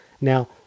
Now